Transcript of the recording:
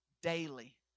Daily